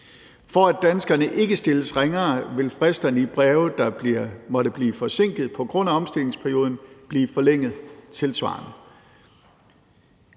For at danskerne ikke stilles ringere, vil fristerne i breve, der måtte blive forsinket på grund af omstillingsperioden, blive forlænget tilsvarende.